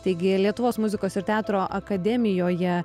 taigi lietuvos muzikos ir teatro akademijoje